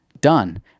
done